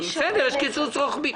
בסדר, יש קיצוץ רוחבי.